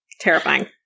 Terrifying